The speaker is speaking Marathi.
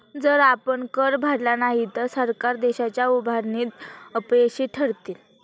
जर आपण कर भरला नाही तर सरकार देशाच्या उभारणीत अपयशी ठरतील